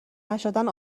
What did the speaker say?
نشدن